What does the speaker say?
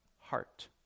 heart